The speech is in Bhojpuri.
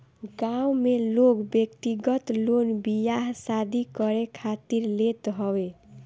गांव में लोग व्यक्तिगत लोन बियाह शादी करे खातिर लेत हवे